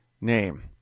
name